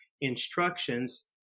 instructions